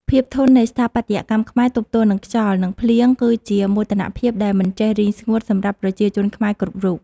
ភាពធន់នៃស្ថាបត្យកម្មខ្មែរទប់ទល់នឹងខ្យល់ និង ភ្លៀងគឺជាមោទនភាពដែលមិនចេះរីងស្ងួតសម្រាប់ប្រជាជនខ្មែរគ្រប់រូប។